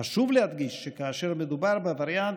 חשוב להדגיש שכאשר מדובר בווריאנט,